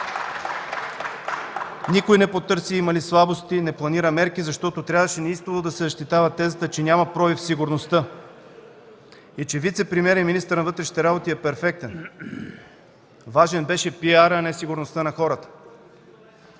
Никой не потърси има ли слабости и не планира мерки, защото трябваше неистово да се защитава тезата, че няма пробив в сигурността и че вицепремиерът и министър на вътрешните работи е перфектен. Важен беше PR-ът, а не сигурността на хората.